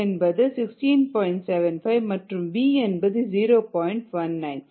75 மற்றும் v 0